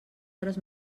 hores